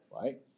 right